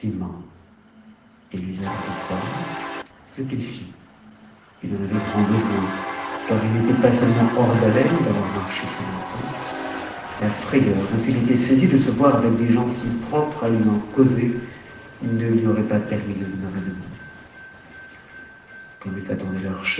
s'asseoir ce qu'il nt en avait grand besoin car il n'était pas seulement hors d'haleine d'avoir marché si longtemps la frayeur dont il était saisi de se voir avec des gens si propres à lui en causer ne lui aurait pas permis de demeurer debout comme ils attendaient leur